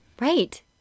Right